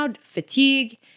fatigue